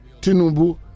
Tinubu